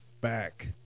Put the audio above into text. back